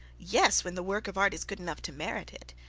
yes, when the work of art is good enough to merit it.